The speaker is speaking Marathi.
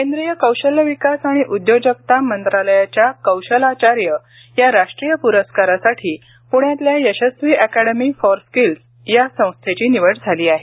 केंद्रीय कौशल्य विकास आणि उद्योजकता मंत्रालयाच्या कौशलाचार्य या राष्ट्रीय पुरस्कारासाठी पुण्यातल्या यशस्वी अँकॅडमी फॉर स्किल्स या संस्थेची निवड झाली आहे